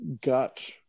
got